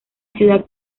ciudad